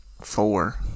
four